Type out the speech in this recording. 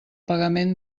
pagament